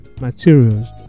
materials